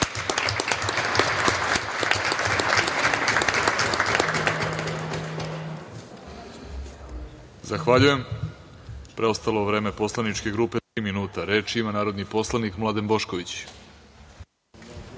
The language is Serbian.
Zahvaljujem. Preostalo vreme poslaničke grupe je 40 minuta. Reč ima narodni poslanik Marijan Rističević.